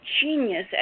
genius